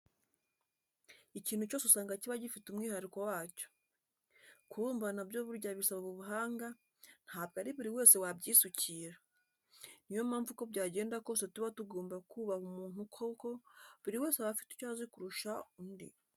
Ikintu cyose usanga kiba gifite umwihariko wacyo. Kubumba na byo burya bisaba ubuhanga, ntabwo ari buri wese wabyisukira. Ni yo mpamvu uko byagenda kose tuba tugomba kubaha umuntu kuko buri wese aba afite icyo azi kurusha undi.